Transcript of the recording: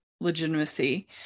legitimacy